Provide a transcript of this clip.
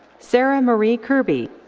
sarah marie kirby.